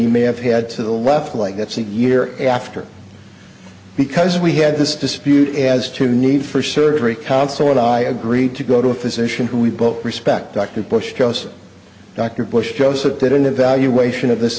he may have had to the left like that's the year after because we had this dispute as to need for surgery counsel and i agreed to go to a physician who we book respect dr bush chose dr bush joseph did an evaluation of this